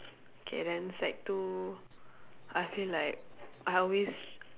K then sec two I feel like I always